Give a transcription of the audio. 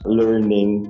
learning